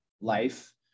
life